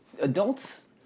adults